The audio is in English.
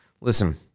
listen